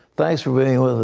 thanks for being with